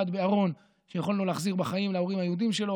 בארון כשיכולנו להחזירו בחיים להורים היהודים שלו,